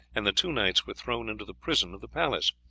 and the two knights were thrown into the prison of the palace.